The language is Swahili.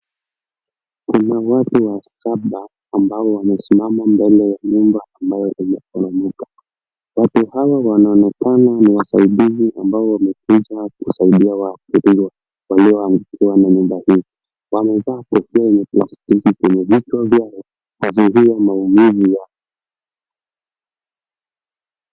Wanawake watu saba ambao wamesimama mbele ya nyumba ambayo imeporomoka. Watu hawa wanaonekana ni wasaidizi ambao wamekuja kusaidia waathiriwa walioangukiwa na nyumba hizi. Wamevaa kofia nyepesi kwenye vichwa vyao kuzuia maumivu ya.